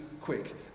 quick